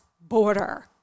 border